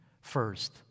first